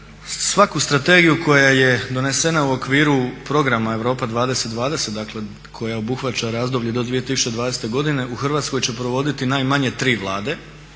Svaku strategiju koja je donesena u okviru Programa Europa 2020 koja obuhvaća razdoblje do 2020. godine u Hrvatskoj će provoditi najmanje 3 Vlade